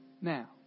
now